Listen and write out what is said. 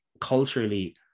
culturally